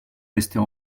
rester